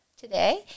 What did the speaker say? Today